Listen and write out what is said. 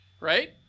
right